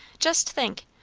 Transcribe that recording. just think.